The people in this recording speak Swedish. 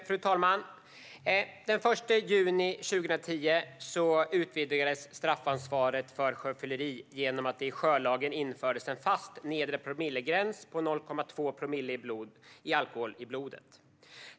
Fru talman! Den 1 juni 2010 utvidgades straffansvaret för sjöfylleri genom att det i sjölagen infördes en fast nedre promillegräns på 0,2 promille alkohol i blodet.